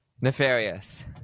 Nefarious